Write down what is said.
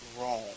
wrong